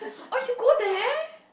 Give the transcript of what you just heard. oh you go there